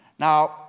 Now